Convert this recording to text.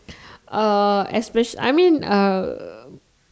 uh especially I mean uh